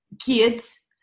kids